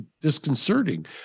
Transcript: disconcerting